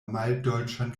maldolĉan